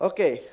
Okay